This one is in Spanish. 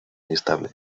inestable